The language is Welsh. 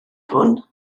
hwn